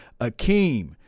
Akeem